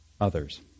others